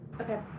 okay